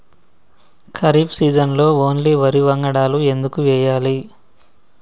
ఖరీఫ్ సీజన్లో ఓన్లీ వరి వంగడాలు ఎందుకు వేయాలి?